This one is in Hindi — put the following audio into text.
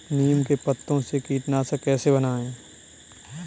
नीम के पत्तों से कीटनाशक कैसे बनाएँ?